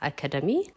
Academy